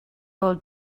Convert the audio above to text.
old